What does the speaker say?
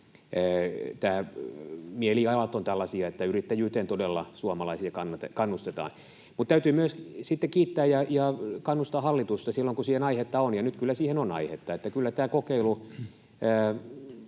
mielialat ovat tällaisia, että yrittäjyyteen todella suomalaisia kannustetaan. Mutta täytyy myös kiittää ja kannustaa hallitusta silloin, kun siihen aihetta on, ja nyt kyllä siihen on aihetta. Kyllä tämä kokeilu